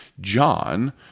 John